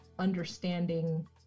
understanding